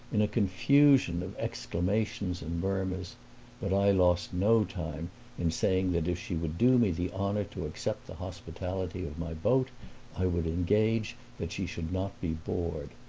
in a confusion of exclamations and murmurs but i lost no time in saying that if she would do me the honor to accept the hospitality of my boat i would engage that she should not be bored.